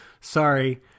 Sorry